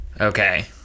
okay